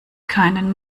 keinen